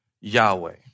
Yahweh